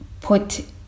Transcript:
put